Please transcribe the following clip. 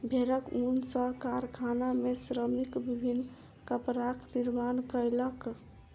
भेड़क ऊन सॅ कारखाना में श्रमिक विभिन्न कपड़ाक निर्माण कयलक